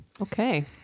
okay